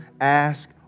ask